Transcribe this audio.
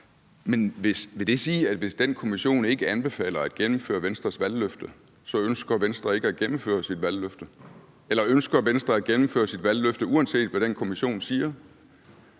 Vil det sige, at hvis den kommission ikke anbefaler at gennemføre Venstres valgløfte, så ønsker Venstre ikke at gennemføre sit valgløfte? Eller ønsker Venstre at gennemføre sit valgløfte, uanset hvad den kommission siger?